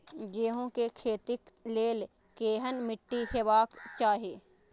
गेहूं के खेतीक लेल केहन मीट्टी हेबाक चाही?